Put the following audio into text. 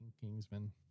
Kingsman